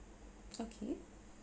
okay